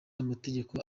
amategeko